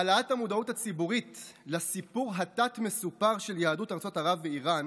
העלאת המודעות הציבורית לסיפור התת-מסופר של יהדות ארצות ערב ואיראן